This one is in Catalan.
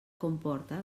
comporta